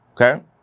okay